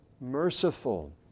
merciful